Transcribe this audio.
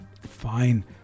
fine